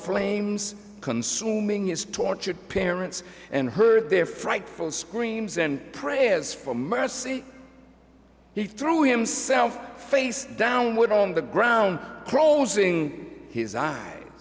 flames consuming his tortured parents and heard their frightful screams and prayers for mercy he threw himself face downward on the ground closing his eyes